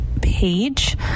page